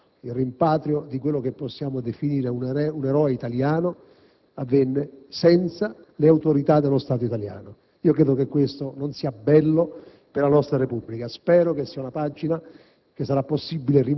nell'Aula del Senato; il rimpatrio di quello che possiamo definire un eroe italiano avvenne senza le autorità dello Stato italiano. Credo che questo non sia bello per la nostra Repubblica; spero si tratti di una pagina